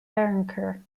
waronker